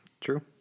True